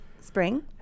Spring